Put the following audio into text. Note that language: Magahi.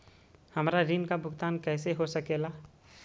हमरा ऋण का भुगतान कैसे हो सके ला?